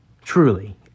truly